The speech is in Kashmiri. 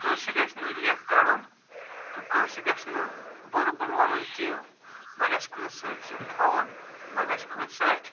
کٲنٛسہِ گَژھِ نہٕ لٮ۪کھ کَڑُن تہٕ کٲنٛسہِ گَژھِ نہٕ بُرٕ بُل وَنُن کیٚنٛہہ نَہ گَژھِ کٲنٛسہِ سۭتۍ ضِد تھاوُن نَہ گَژھِ کٲنٛسہِ سۭتۍ